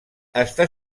està